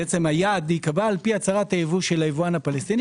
שהיעד ייקבע על פי הצהרת הייבוא של היבואן הפלסטיני